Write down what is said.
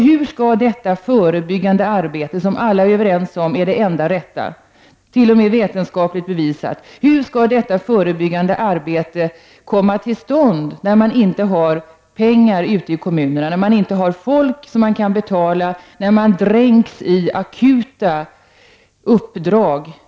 Hur skall detta förebyggande arbete — som alla är överens om är det enda rätta, och det är t.o.m. vetenskapligt bevisat — komma till stånd när kommunerna inte har pengar och folk utan hela tiden dränks i akuta uppdrag.